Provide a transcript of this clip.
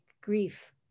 grief